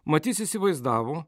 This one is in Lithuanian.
mat jis įsivaizdavo